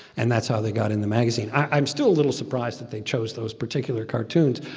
and that's how they got in the magazine. i'm still a little surprised that they chose those particular cartoons,